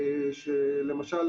למשל,